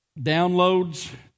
downloads